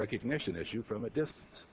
recognition issue from a distance